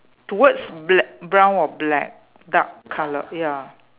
towards black brown or black dark colour ya